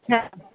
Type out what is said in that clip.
है